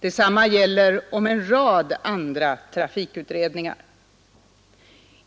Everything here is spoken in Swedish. Detsamma gäller om en rad andra trafikutredningar.